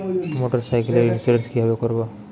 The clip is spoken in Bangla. মোটরসাইকেলের ইন্সুরেন্স কিভাবে করব?